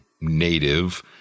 native